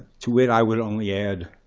to which i would only add